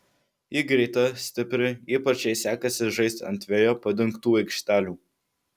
ji greita stipri ypač jai sekasi žaisti ant veja padengtų aikštelių